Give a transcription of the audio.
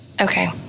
Okay